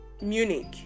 munich